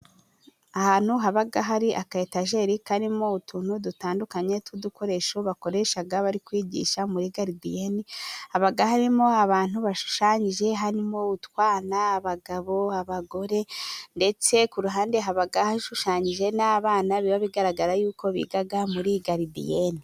Ahantu haba hari aka etageri karimo utuntu dutandukanye tw'udukoresho bakoreshaga bari kwigisha muri garidiyene. Haba harimo abantu bashushanyije, harimo utwana, abagabo, abagore, ndetse ku ruhande haba hashushanyije n'abana. Biba bigaragara ko biga muri garidiyene.